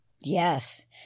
Yes